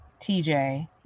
TJ